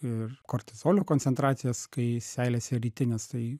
ir kortizolio koncentracijas kai seilėse rytinės tai